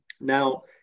Now